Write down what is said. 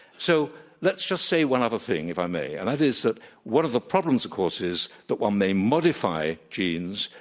so let's just say one other thing, if i may, and that is that one of the problems, of course, is that one may modify genes,